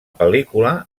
pel·lícula